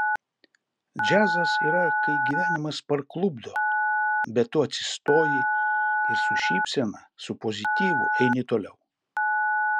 džiazas yra kai gyvenimas parklupdo bet tu atsistoji ir su šypsena su pozityvu eini toliau